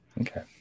okay